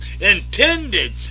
intended